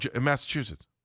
Massachusetts